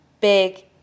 big